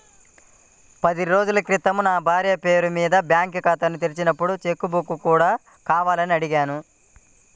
పది రోజుల క్రితం నా భార్య పేరు మీద బ్యాంకు ఖాతా తెరిచినప్పుడు చెక్ బుక్ కూడా కావాలని అడిగాను